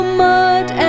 mud